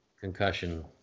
concussion